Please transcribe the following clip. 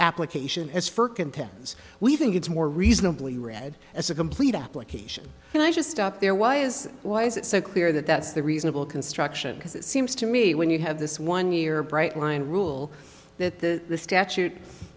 contends we think it's more reasonably read as a complete application and i just stopped there why is why is it so clear that that's the reasonable construction because it seems to me when you have this one year bright line rule that the statute